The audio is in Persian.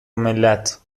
ملت